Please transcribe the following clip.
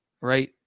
right